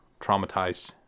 traumatized